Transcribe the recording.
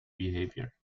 behaviour